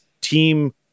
team